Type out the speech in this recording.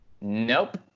Nope